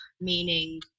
meaning